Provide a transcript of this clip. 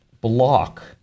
block